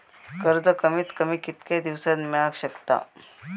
कर्ज कमीत कमी कितक्या दिवसात मेलक शकता?